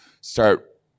start